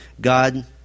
God